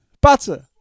Butter